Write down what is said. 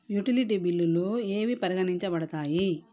Utility బిల్లులు ఏవి పరిగణించబడతాయి?